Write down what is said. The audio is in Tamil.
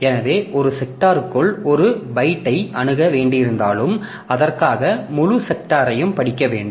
எனவே ஒரு செக்டார்க்குள் ஒரு பைட்டை அணுக வேண்டியிருந்தாலும் அதற்காக முழுத் செக்டார்யையும் படிக்க வேண்டும்